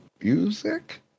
music